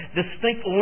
distinct